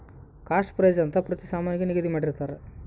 cost price ಅಂತ ಪ್ರತಿ ಸಾಮಾನಿಗೆ ನಿಗದಿ ಮಾಡಿರ್ತರ